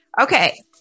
Okay